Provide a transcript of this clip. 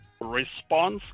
response